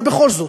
אבל בכל זאת,